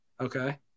Okay